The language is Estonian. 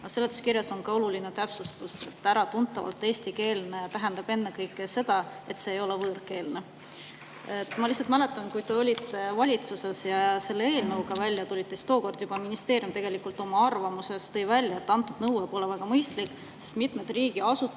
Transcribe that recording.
Seletuskirjas on ka oluline täpsustus, et äratuntavalt eestikeelne tähendab ennekõike seda, et see ei ole võõrkeelne. Ma mäletan, kui te olite valitsuses ja selle eelnõuga välja tulite, siis juba tookord tõi ministeerium oma arvamuses välja, et see nõue pole väga mõistlik, sest mitmed riigiasutused,